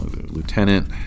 Lieutenant